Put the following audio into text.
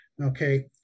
okay